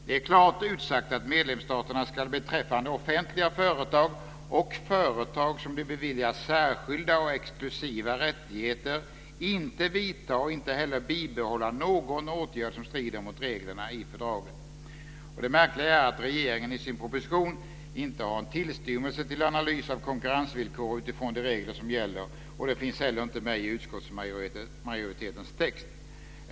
Det är klart utsagt att medlemsstaterna beträffande offentliga företag och företag som de beviljar särskilda eller exklusiva rättigheter inte ska vidta och inte heller bibehålla någon åtgärd som strider mot reglerna i fördraget. Det märkliga är att regeringen i sin proposition inte har en tillstymmelse till analys av konkurrensvillkor utifrån de regler som gäller. Det finns inte heller i utskottsmajoritetens text.